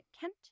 Kent